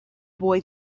boy